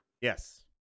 Yes